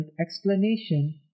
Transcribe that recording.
Explanation